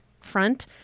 front